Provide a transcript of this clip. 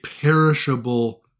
perishable